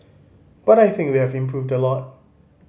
but I think we have improved a lot